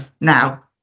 Now